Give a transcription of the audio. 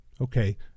Okay